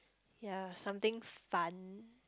ya something fun